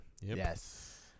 Yes